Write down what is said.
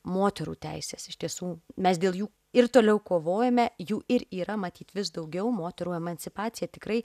moterų teises iš tiesų mes dėl jų ir toliau kovojame jų ir yra matyt vis daugiau moterų emancipacija tikrai